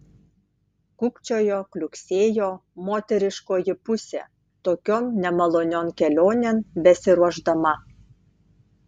kukčiojo kliuksėjo moteriškoji pusė tokion nemalonion kelionėn besiruošdama